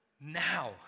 now